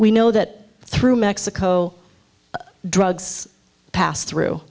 we know that through mexico drugs pass through